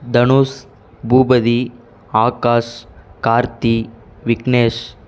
Dhanush Boopathi Akash Karthi Vignesh